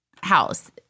house